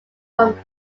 from